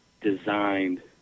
designed